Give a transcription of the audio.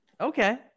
Okay